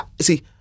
See